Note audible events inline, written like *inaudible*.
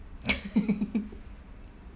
*laughs*